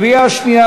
קריאה שנייה,